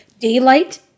Daylight